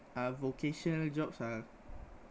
uh vocational jobs are